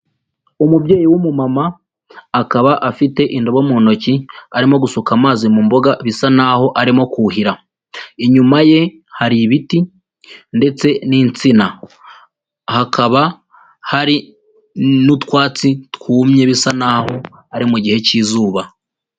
Umubyeyi w'umumama akaba afite indobo mu ntoki, arimo gusuka amazi mu mboga, bisa n'aho arimo kuhira, inyuma ye hari ibiti ndetse n'insina, hakaba hari n'utwatsi twumye bisa n'aho ari mu gihe cy'izuba.